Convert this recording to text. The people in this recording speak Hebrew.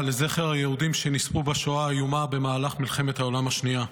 לזכר היהודים שנספו בשואה האיומה במהלך מלחמת העולם השנייה.